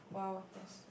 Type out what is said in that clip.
!wwo! that's